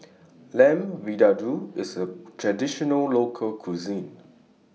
Lamb Vindaloo IS A Traditional Local Cuisine